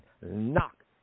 Knock